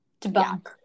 debunk